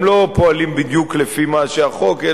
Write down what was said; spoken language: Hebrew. הם לא פועלים בדיוק לפי מה שהחוק,